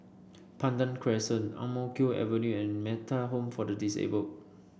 Pandan Crescent Ang Mo Kio Avenue and Metta Home for the Disabled